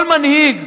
כל מנהיג,